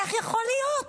איך יכול להיות?